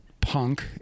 punk